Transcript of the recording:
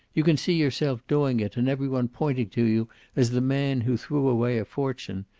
you can see yourself doing it, and every one pointing to you as the man who threw away a fortune.